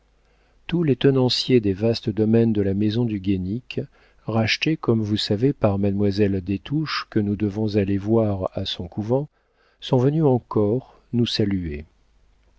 tous les tenanciers des vastes domaines de la maison du guénic rachetés comme vous savez par mademoiselle des touches que nous devons aller voir à son couvent sont venus en corps nous saluer